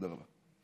תודה רבה.